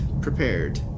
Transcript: prepared